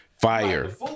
fire